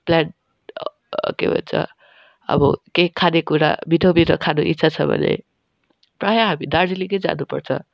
plan के भन्छ अब केही खानेकुरा मिठो मिठो खानु इच्छा छ भने प्राय हामी दार्जिलिङै जानुपर्छ